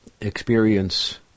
experience